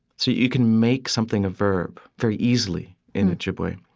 so you can make something a verb very easily in ojibwe.